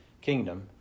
kingdom